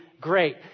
great